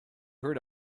heard